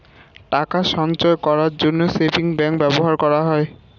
টাকা সঞ্চয় করার জন্য সেভিংস ব্যাংক ব্যবহার করা হয়